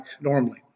normally